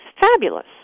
fabulous